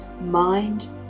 mind